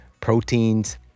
proteins